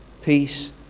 peace